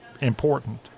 important